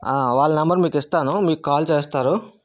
ఆ వాళ్ల నెంబర్ మీకు ఇస్తాను మీకు కాల్ చేస్తారు